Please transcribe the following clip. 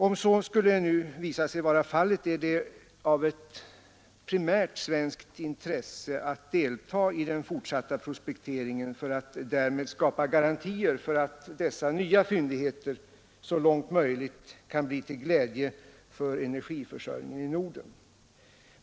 Om så skulle visa sig vara fallet är det ett primärt svenskt intresse att delta i den fortsatta prospekteringen för att därmed skapa garantier för att dessa nya fyndigheter så långt möjligt kan bli till glädje för energiförsörjningen i Norden.